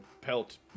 pelt